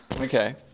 Okay